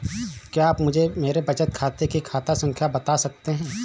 क्या आप मुझे मेरे बचत खाते की खाता संख्या बता सकते हैं?